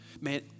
Man